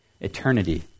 eternity